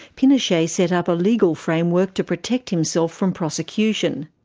pinochet set up a legal framework to protect himself from prosecution.